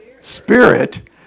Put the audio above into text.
spirit